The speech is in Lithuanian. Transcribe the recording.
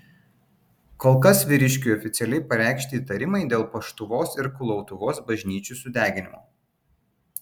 kol kas vyriškiui oficialiai pareikšti įtarimai dėl paštuvos ir kulautuvos bažnyčių sudeginimo